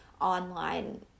online